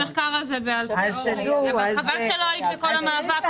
חבל שלא היית בכל המאבק.